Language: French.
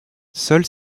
seuls